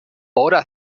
hora